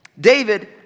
David